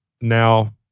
now